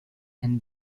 and